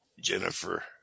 Jennifer